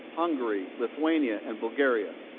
hungary, lithuania, and bulgaria.